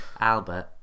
Albert